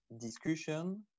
discussion